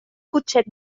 cotxet